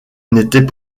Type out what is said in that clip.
n’était